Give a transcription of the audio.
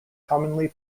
commonly